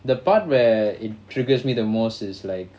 the part where it triggers me the most is like